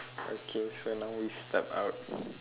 okay so now we step out